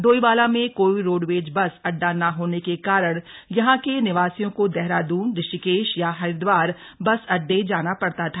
डोईवाला में कोई roadways bus अड्डा ना होने के कारण यहां के निवासियों को देहरादून ऋषिकेश या हरिदवार बस अड्डे जाना पड़ता था